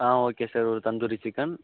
ஆ okay sir ஒரு tandoori chicken